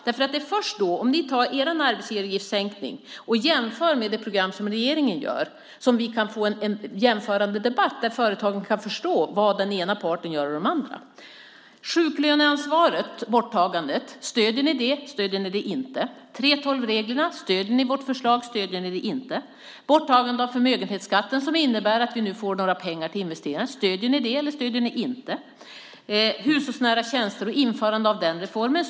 Det är nämligen först när ni tar er arbetsgivaravgiftssänkning och jämför med det program som regeringen gör som vi kan få en jämförande debatt där företagen kan förstå vad den ena parten gör och vad den andra parten gör. Hur är det när det gäller borttagandet av sjuklöneansvaret? Stöder ni det? Stöder ni det inte? Hur är det med 3:12-reglerna? Stöder ni vårt förslag? Stöder ni det inte? Borttagandet av förmögenhetsskatten innebär att vi nu får pengar till investeringar. Stöder ni det, eller stöder ni det inte? Hur är det med införandet av reformen om hushållsnära tjänster?